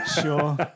sure